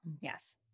Yes